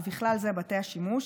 ובכלל זה בתי השימוש,